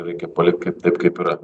reikia palikt kaip taip kaip yra